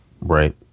Right